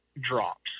drops